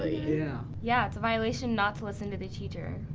ah yeah. yeah, it's a violation not to listen to the teacher.